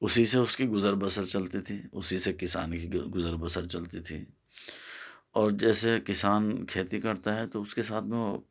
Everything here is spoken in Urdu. اسی سے اس کی گذر بسر چلتی تھی اسی سے کسان کی گزر بسر چلتی تھی اور جیسے کسان کھیتی کرتا ہے تو اس کے ساتھ وہ